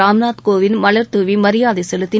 ராம்நாத் கோவிந்த் மலர் தாவி மரியாதை செலுத்தினார்